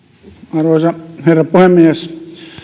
arvoisa herra puhemies